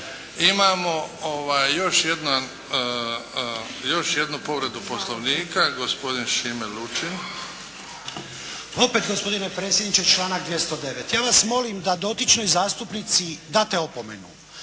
Imamo još jednu povredu poslovnika. Gospodin Šime Lučin. **Lučin, Šime (SDP)** Opet gospodine predsjedniče članak 209. Ja vas molim da dotičnoj zastupnici date opomenu.